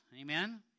amen